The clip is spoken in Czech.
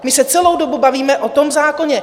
My se celou dobu bavíme o tom zákoně.